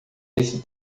esse